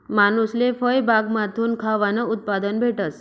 मानूसले फयबागमाथून खावानं उत्पादन भेटस